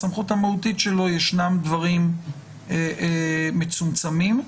בסמכות המהותית שלו יש דברים שהם מצומצמים.